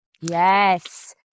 Yes